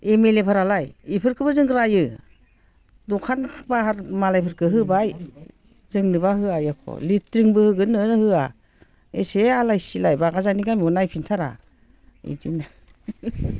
M L A फोरालाय बेफोरखौबो जों रायो दखान पाहार मालायफोरखौ होबाय जोंनोबा होआ एख' लेट्रिनबो होगोन होनो होया एसे आलाय सिलाय बागाजानि गामियाव नायफिनथारा बिदिनो